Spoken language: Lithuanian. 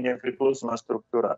nepriklausoma struktūra